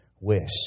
wish